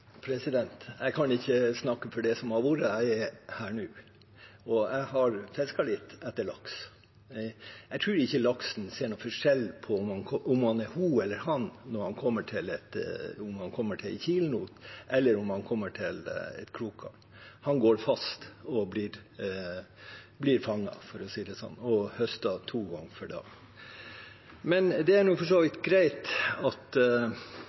Jeg kan ikke snakke for det som har vært, jeg er her nå. Jeg har fisket litt etter laks. Jeg tror ikke laksen ser noen forskjell på om den er hunn eller hann, om den kommer til en kilenot, eller om den kommer til et krokgarn. Den går fast og blir fanget, for å si det sånn, og høstet to ganger per dag. Men det er nå for så vidt greit at